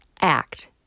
act